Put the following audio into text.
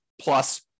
plus